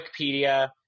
Wikipedia